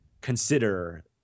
consider